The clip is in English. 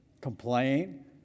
Complain